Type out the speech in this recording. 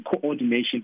coordination